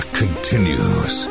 continues